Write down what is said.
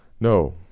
no